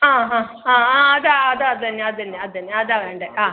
ആ ഹാ ആ അത് അത് തന്നെ അത് തന്നെ അത് തന്നെ അതാണ് വേണ്ടത് ആ